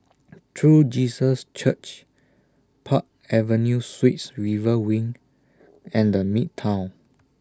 True Jesus Church Park Avenue Suites River Wing and The Midtown